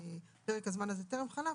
פרק הזמן הזה טרם חלף,